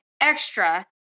extra